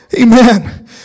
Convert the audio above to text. Amen